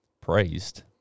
praised